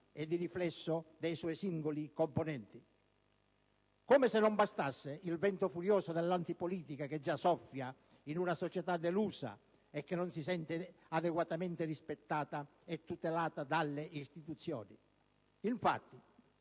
e, di riflesso, dei suoi singoli componenti. Come se non bastasse, il vento furioso dell'antipolitica già soffia in una società delusa che non si sente adeguatamente rispettata e tutelata dalle istituzioni. Infatti,